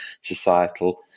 societal